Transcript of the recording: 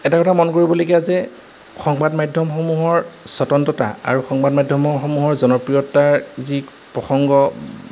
এটা কথা মন কৰিবলগীয়া যে সংবাদ মাধ্যমসমূহৰ স্বতন্ত্ৰতা আৰু সংবাদ মাধ্যমসমূহৰ জনপ্ৰিয়তাৰ যি প্ৰসংগ